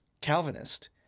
Calvinist